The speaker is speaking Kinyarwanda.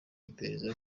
iperereza